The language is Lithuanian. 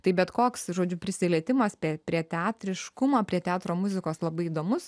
tai bet koks žodžiu prisilietimas prie teatriškumo prie teatro muzikos labai įdomus